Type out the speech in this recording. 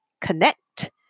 connect